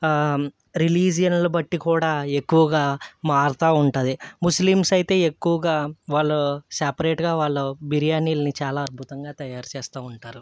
రిలీజియన్లు బట్టి కూడా ఎక్కువగా మారుతూ ఉంటుంది ముస్లింస్ అయితే ఎక్కువగా వాళ్ళు సపరేట్గా వాళ్ళు బిర్యానీలని చాలా అద్భుతంగా తయారు చేస్తూ ఉంటారు